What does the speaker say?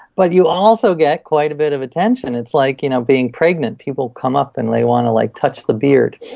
but you also get quite a bit of attention. it's like you know being pregnant. people come up and they want to like touch the beard.